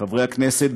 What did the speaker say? חברי הכנסת,